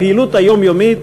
הפעילות היומיומית,